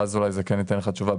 ואז אולי זה כן ייתן לך תשובה.